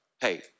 hey